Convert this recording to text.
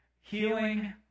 Healing